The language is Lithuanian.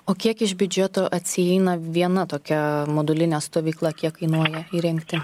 o kiek iš biudžeto atsieina viena tokia modulinė stovykla kiek kainuoja įrengti